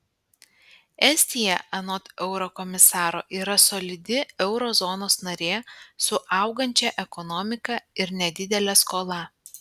estija anot eurokomisaro yra solidi euro zonos narė su augančia ekonomika ir nedidele skola